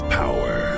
power